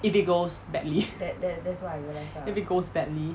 if it goes badly if it goes badly